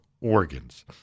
organs